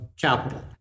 capital